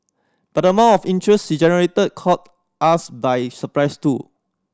but the amount of interest she generated caught us by surprise too